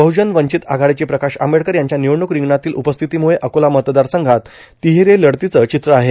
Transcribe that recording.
बहुजन वंचित आघाडीचे प्रकाश आंबेडकर यांच्या निवडणूक रिंगणातील उपस्थितीमुळे अकोला मतदारसंघात तिहेरी लढतीचं चित्र आहे